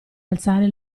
alzare